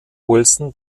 wilson